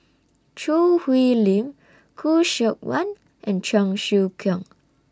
Choo Hwee Lim Khoo Seok Wan and Cheong Siew Keong